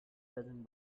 judging